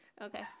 Okay